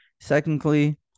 Secondly